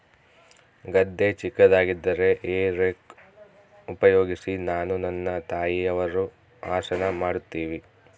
ಗದ್ದೆ ಚಿಕ್ಕದಾಗಿದ್ದರೆ hay rake ಉಪಯೋಗಿಸಿ ನಾನು ನನ್ನ ತಾಯಿಯವರು ಹಸನ ಮಾಡುತ್ತಿವಿ